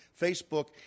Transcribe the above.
Facebook